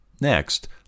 Next